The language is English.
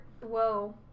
whoa